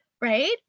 Right